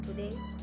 Today